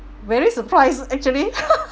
very surprised actually